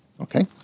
Okay